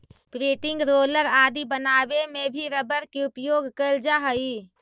printing roller आदि बनावे में भी रबर के उपयोग कैल जा हइ